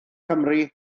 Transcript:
cymru